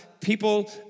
people